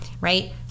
Right